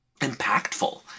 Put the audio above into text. impactful